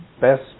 best